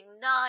nine